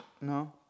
No